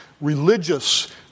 religious